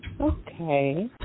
okay